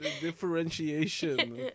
differentiation